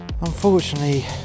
unfortunately